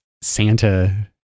Santa